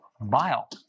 bile